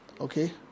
Okay